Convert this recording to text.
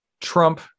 Trump